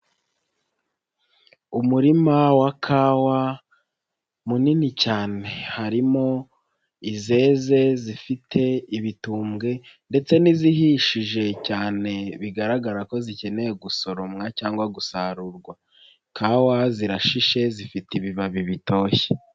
Umurima wa kawa, munini cyane. Harimo izeze zifite ibitumbwe ndetse n'izihishije cyane bigaragara ko zikeneye gusoromwa cyangwa gusarurwa. Kawa zirashishe, zifite ibibabi bitoshye.